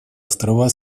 острова